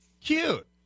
Cute